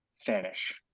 finish